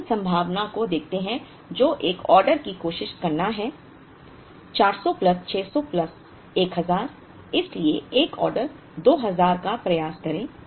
तो हम 3 संभावना को देखते हैं जो एक ऑर्डर की कोशिश करना है 400 प्लस 600 प्लस 1000 इसलिए एक ऑर्डर 2000 का प्रयास करें